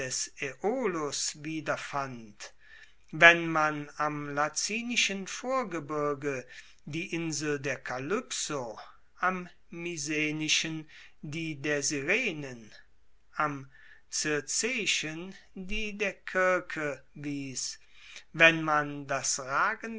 wiederfand wenn man am lacinischen vorgebirge die insel der kalypso am misenischen die der sirenen am circeischen die der kirke wies wenn man das ragende